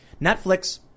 Netflix